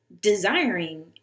desiring